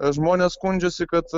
žmonės skundžiasi kad